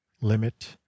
limit